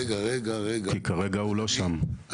כי כרגע הוא לא שם.